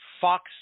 Fox